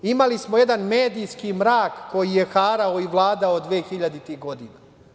Imali smo jedan medijski mrak koji je harao i vladao 2000-ih godina.